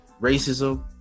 Racism